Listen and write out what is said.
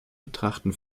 betrachten